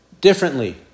differently